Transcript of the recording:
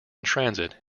transit